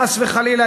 חס וחלילה,